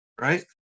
right